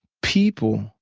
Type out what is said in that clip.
people